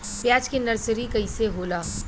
प्याज के नर्सरी कइसे होला?